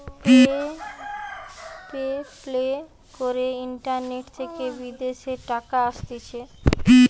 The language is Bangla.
পে প্যালে করে ইন্টারনেট থেকে বিদেশের টাকা আসতিছে